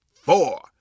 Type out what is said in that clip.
four